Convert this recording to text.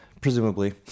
presumably